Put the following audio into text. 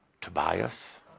Tobias